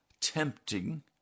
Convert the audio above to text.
tempting